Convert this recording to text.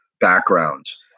backgrounds